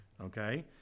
Okay